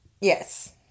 Yes